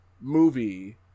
movie